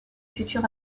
futur